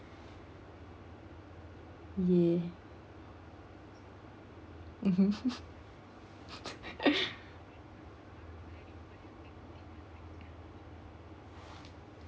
ya mmhmm